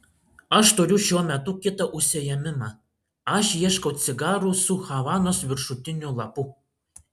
aš turiu šiuo metu kitą užsiėmimą aš ieškau cigarų su havanos viršutiniu lapu